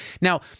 Now